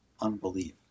unbelief